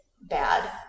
bad